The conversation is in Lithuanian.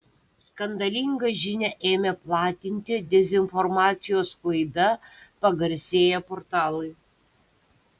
skandalingą žinią ėmė platinti dezinformacijos sklaida pagarsėję portalai